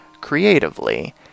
creatively